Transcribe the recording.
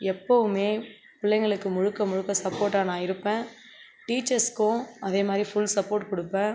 எப்போவுமே பிள்ளைங்களுக்கு முழுக்க முழுக்க சப்போர்ட்டா நான் இருப்பேன் டீச்சர்ஸ்க்கும் அதே மாதிரி ஃபுல் சப்போர்ட் கொடுப்பேன்